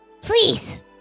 Please